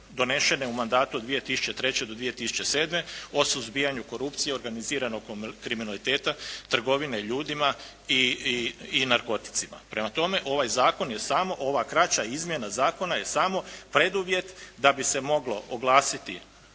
donesene u mandatu od 2003. do 2007. o suzbijanju korupcije, organiziranog kriminaliteta, trgovine ljudima i narkoticima. Prema tome, ovaj zakon je samo, ova kraća izmjena zakona je samo preduvjet da bi se moglo oglasiti